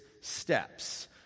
steps